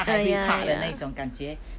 !aiya! ya